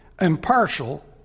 impartial